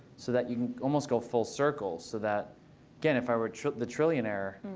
so that you can almost go full circle so that again, if i were the trillionaire,